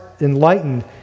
enlightened